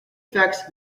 affects